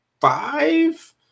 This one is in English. Five